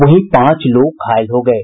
वहीं पांच लोग घायल हो गये